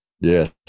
Yes